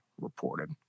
reported